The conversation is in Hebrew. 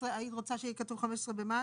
היא רוצה שיהיה כתוב 15 במאי?